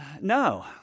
No